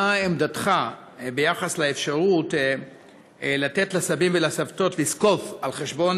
מה עמדתך ביחס לאפשרות לתת לסבים ולסבתות לזקוף על חשבון